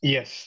Yes